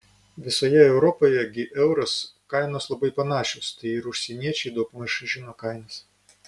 visoje europoje gi euras kainos labai panašios tai ir užsieniečiai daugmaž žino kainas